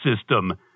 system